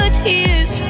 tears